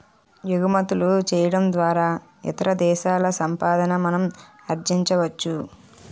ఎగుమతులు చేయడం ద్వారా ఇతర దేశాల సంపాదన మనం ఆర్జించవచ్చు